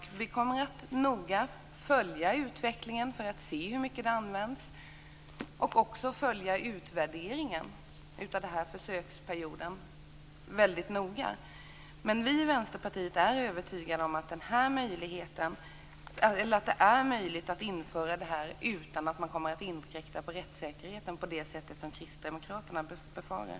Vi kommer att noga följa utvecklingen för att se hur mycket tekniken kommer att användas, och vi kommer att följa utvärderingen av försöksperioden noga. Vi i Vänsterpartiet är övertygade om att det är möjligt att införa detta utan att inkräkta på rättssäkerheten på det sätt kristdemokraterna befarar.